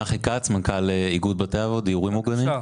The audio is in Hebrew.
נחי כץ, מנכ"ל איגוד בתי אבות דיורים מוגנים.